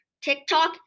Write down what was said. TikTok